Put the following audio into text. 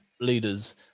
leaders